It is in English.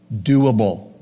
doable